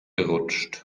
rutscht